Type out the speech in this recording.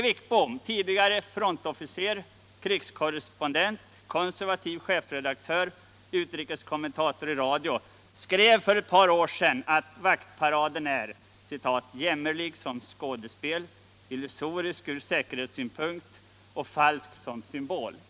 Wickbom -— tidigare frontofficer, krigskorrespondent, konservativ chefredaktör och utrikeskommentator i radio — skrev för ett par år sedan att vaktparaden är ”jämmerlig som skådespel. illusorisk ur säkerhetssynpunkt och falsk som symbol.